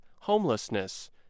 homelessness